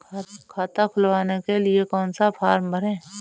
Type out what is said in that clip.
खाता खुलवाने के लिए कौन सा फॉर्म भरें?